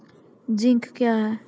Zinc क्या हैं?